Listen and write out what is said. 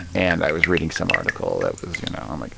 and i was reading some article that was, you know, i'm like.